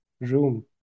room